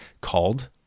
called